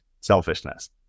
selfishness